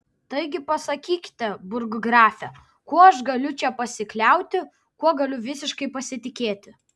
taigi pasakykite burggrafe kuo aš galiu čia pasikliauti kuo galiu visiškai pasitikėti